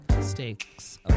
stakes